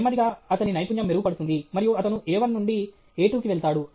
నెమ్మదిగా అతని నైపుణ్యం మెరుగుపడుతుంది మరియు అతను A1 నుండి A2 కి వెళ్తాడు